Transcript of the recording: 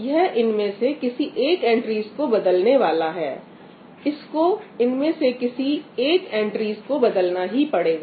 यह इनमें से किसी एक एंट्रीज को बदलने वाला है इसको इन में से किसी एक एंट्रीज को बदलना ही पड़ेगा